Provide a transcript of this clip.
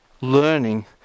learning